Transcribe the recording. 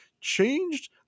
changed